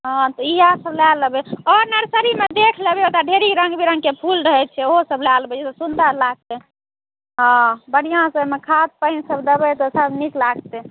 हँ तऽ इएहे सभ लए लेबै हँ नर्सरीमे देख लेबै ओतय ढेरी रंग बिरंगके फूल रहै छै ओहोसभ लए लेबै जे सुन्दर लागतै हँ बढ़िआँसॅं ओहिमे खाद पानिसभ देबै तऽ सभ नीक लागतै